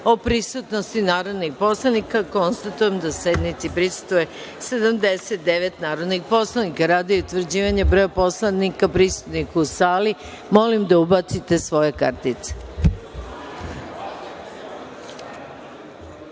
o prisutnosti narodnih poslanika, konstatujem da sednici prisustvuje 79 narodnih poslanika. Radi utvrđivanja broja poslanika prisutnih u sali, molim da ubacite svoje